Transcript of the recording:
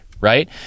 right